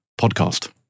podcast